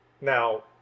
Now